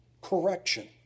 Correction